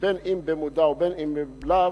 אם במודע ואם לאו,